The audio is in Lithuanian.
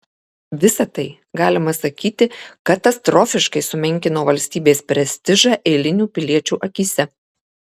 visa tai galima sakyti katastrofiškai sumenkino valstybės prestižą eilinių piliečių akyse